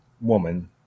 woman